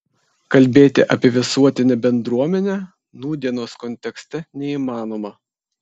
kalbėti apie visuotinę bendruomenę nūdienos kontekste neįmanoma